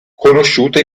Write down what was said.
conosciuta